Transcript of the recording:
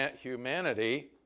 humanity